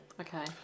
Okay